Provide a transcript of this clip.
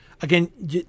Again